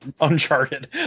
Uncharted